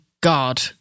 God